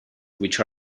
which